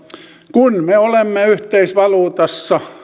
kun me olemme yhteisvaluutassa